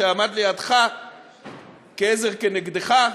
שעמד לידך כעזר כנגדך,